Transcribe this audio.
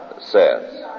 Says